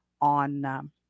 on